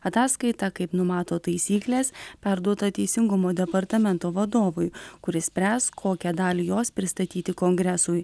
ataskaita kaip numato taisyklės perduota teisingumo departamento vadovui kuris spręs kokią dalį jos pristatyti kongresui